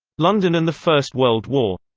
london and the first world war.